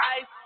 ice